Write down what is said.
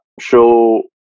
show